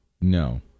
no